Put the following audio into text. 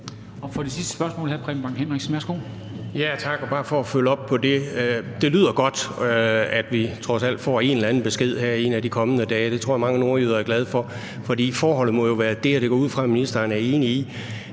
Bang Henriksen. Værsgo. Kl. 15:34 Preben Bang Henriksen (V): Tak. Bare for at følge op: Det lyder godt, at vi trods alt får en eller anden besked her en af de kommende dage. Det tror jeg mange nordjyder er glade for, for forholdet må jo være det – og det går jeg ud fra at ministeren er enig i